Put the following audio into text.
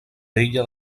vella